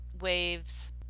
waves